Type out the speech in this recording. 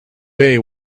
day